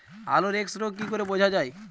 আলুর এক্সরোগ কি করে বোঝা যায়?